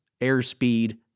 airspeed